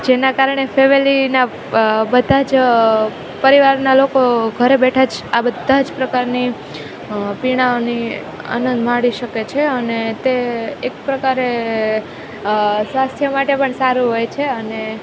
જેના કારણે ફેવેલીના બધા જ પરિવારના લોકો ઘરે બેઠા જ આ બધાજ પ્રકારની પીણાંઓની આનંદ માણી શકે છે અને તે એક પ્રકારે સ્વાસ્થ્ય માટે પણ સારું હોય છે અને